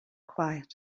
quiet